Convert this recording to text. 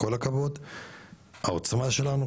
כל הכבוד העוצמה שלנו,